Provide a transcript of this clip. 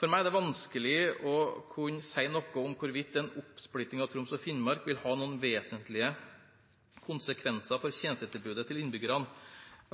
For meg er det vanskelig å kunne si noe om hvorvidt en oppsplitting av Troms og Finnmark vil ha noen vesentlige konsekvenser for tjenestetilbudet til innbyggerne,